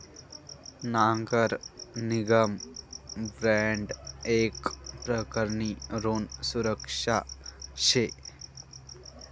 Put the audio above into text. नगर निगम बॉन्ड येक प्रकारनी ऋण सुरक्षा शे